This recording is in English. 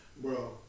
Bro